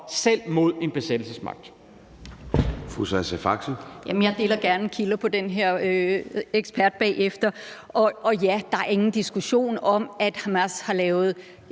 mod en besættelsesmagt,